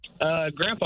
Grandpa